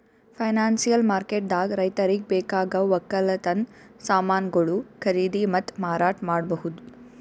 financial ಮಾರ್ಕೆಟ್ದಾಗ್ ರೈತರಿಗ್ ಬೇಕಾಗವ್ ವಕ್ಕಲತನ್ ಸಮಾನ್ಗೊಳು ಖರೀದಿ ಮತ್ತ್ ಮಾರಾಟ್ ಮಾಡ್ಬಹುದ್